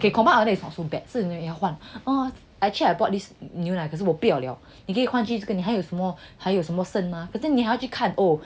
okay combine order is not too bad 是你要换 oh actually I bought this 牛奶可是我不要 liao 你可以换去这个你还有什么还有什么剩吗 then 你还要去看 oh